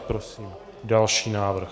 Prosím další návrh.